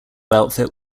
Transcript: outfit